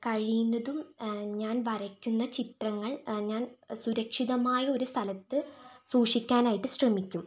കഴിയുന്നതും ഞാൻ വരയ്ക്കുന്ന ചിത്രങ്ങൾ ഞാൻ സുരക്ഷിതമായ ഒരു സ്ഥലത്ത് സൂക്ഷിക്കാനായിട്ട് ശ്രമിക്കും